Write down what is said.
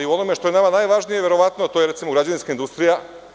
U onome što je nama najvažnije, verovatno, a to je, recimo, građevinska industrija.